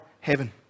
heaven